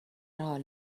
حال